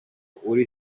uri